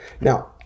Now